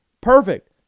Perfect